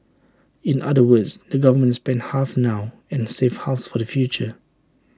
in other words the government spends half now and saves half for the future